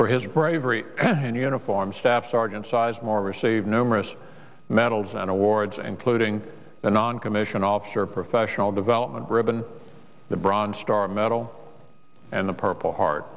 for his bravery in uniform staff sergeant sizemore received numerous medals and awards including the noncommissioned officer professional development ribbon the bronze star medal and the purple heart